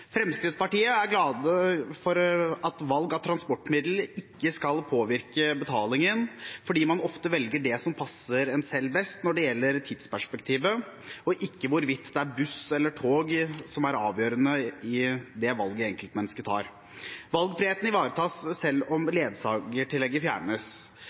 Fremskrittspartiet er glad for at valg av transportmiddel ikke skal påvirke betalingen, fordi man ofte velger det som passer en selv best når det gjelder tidsperspektivet, og hvorvidt det er buss eller tog er neppe avgjørende i det valget enkeltmennesket tar. Valgfriheten ivaretas selv om ledsagertillegget fjernes.